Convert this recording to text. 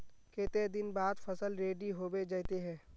केते दिन बाद फसल रेडी होबे जयते है?